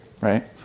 right